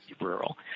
rural